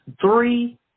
three